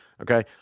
Okay